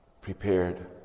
prepared